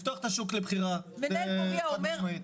לפתוח את השוק לבחירה, חד משמעית.